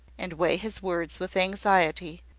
and weigh his words with anxiety,